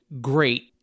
great